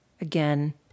Again